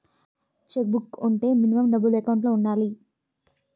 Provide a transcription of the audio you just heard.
Check book వుంటే minimum డబ్బులు account లో ఉండాలి?